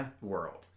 world